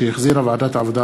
שהחזירה ועדת העבודה,